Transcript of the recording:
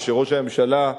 ושראש הממשלה,